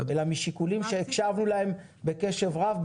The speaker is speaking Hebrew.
אלא משיקולים שהקשבנו להם בקשר רב.